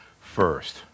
first